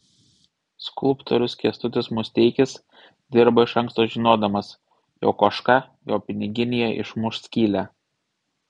skulptorius kęstutis musteikis dirba iš anksto žinodamas jog ožka jo piniginėje išmuš skylę